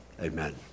amen